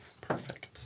perfect